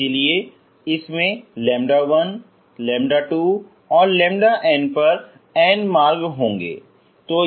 इसलिए इसमें λ1 λ2और λn पर n मार्ग होंगे